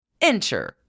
Enter